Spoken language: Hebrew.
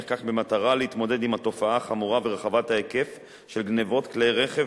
נחקק במטרה להתמודד עם התופעה החמורה ורחבת ההיקף של גנבת כלי רכב